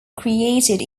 created